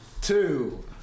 two